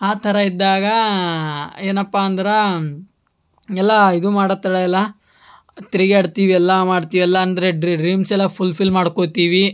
ಆ ಥರ ಇದ್ದಾಗ ಏನಪ್ಪ ಅಂದ್ರೆ ಎಲ್ಲ ಇದು ಮಾಡೋದ್ ತಡ ಇಲ್ಲ ತಿರ್ಗಾಡ್ತೀವ್ ಎಲ್ಲ ಮಾಡ್ತೀವಿ ಎಲ್ಲ ಅಂದರೆ ಡ್ರೀಮ್ಸೆಲ್ಲ ಫುಲ್ಫಿಲ್ ಮಾಡ್ಕೋತೀವಿ